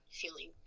feeling